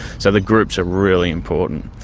so the groups are really important.